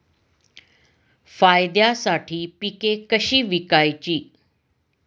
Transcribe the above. फायद्यासाठी पिके कशी विकायची?